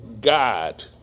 God